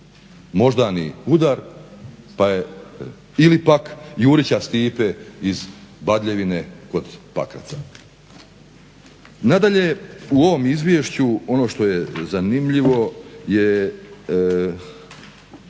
moždani udar ili pak Jurića Stipe iz Badljevine kod Pakraca. Nadalje, u ovom izvješću ono što je zanimljivo je